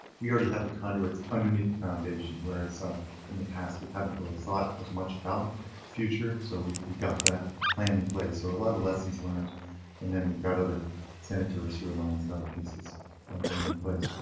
we already have the conduit underneath the foundation, whereas ah in the past we haven't really thought as much about future, so we've got that plan in place, so a lot of lessons learned and then we've got other sanitary sewer lines and other pieces going in place.